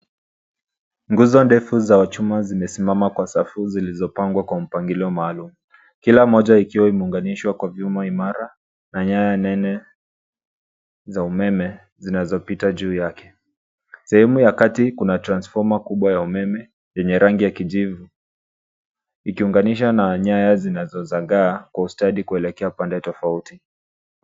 Nguzo ndefu za chuma zimesimama kwa safu zilizo pangwa kwa mpangilio maalum, kila moja ikiwa imeunganishwa kwa vyuma imara na nyaya nene za umeme zinazopita juu yake, sehemu ya kati kuna tranfoma kubwa ya umeme enye rangi ya kijivu ikiunganisha na nyaya zinazozagaa kwa ustadi kuelekea upande tafauti.